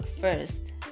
first